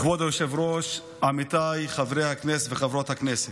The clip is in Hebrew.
כבוד היושב-ראש, עמיתיי חברי הכנסת וחברות הכנסת,